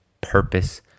purpose